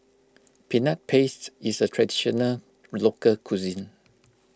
Peanut Paste is a Traditional Local Cuisine